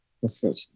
decision